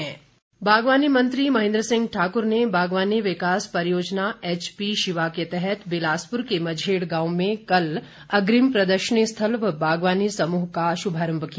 महेन्द्र सिंह बागवानी मंत्री महेन्द्र सिंह ठाकुर ने बागवानी विकास परियोजना एचपी शिवा के तहत बिलासपुर के मझेड़ गांव में कल अग्रिम प्रदर्शनी स्थल व बागवानी समूह का शुभारम्म किया